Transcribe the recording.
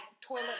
toilet